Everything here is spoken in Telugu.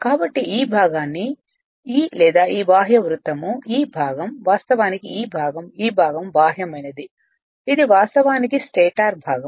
కాబట్టి ఈ భాగాన్ని ఈ లేదా ఈ బాహ్య వృత్తం ఈ భాగం వాస్తవానికి ఈ భాగం ఈ భాగం బాహ్యమైనది ఇది వాస్తవానికి స్టేటర్ భాగం